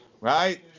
right